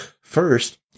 First